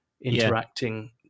interacting